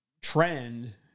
trend